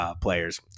players